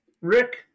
Rick